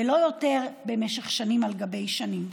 ולא במשך שנים על גבי שנים.